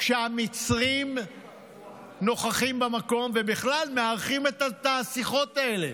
כשהמצרים נוכחים במקום ובכלל מארחים את השיחות האלה,